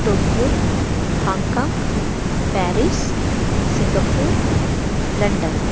Tokyo Hong Kong Paris Singapore London